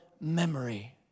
memory